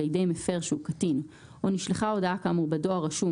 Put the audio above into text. לידי המפר שהוא קטין או נשלחה הודעה כאמור בדואר רשום